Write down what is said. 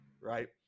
Right